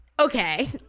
okay